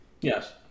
Yes